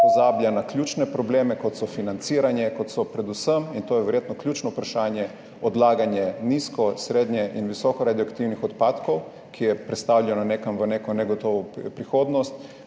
Pozablja na ključne probleme, kot so financiranje, kot so predvsem, in to je verjetno ključno vprašanje, odlaganje nizko-, srednje- in visokoradioaktivnih odpadkov, ki je prestavljeno nekam v neko negotovo prihodnost,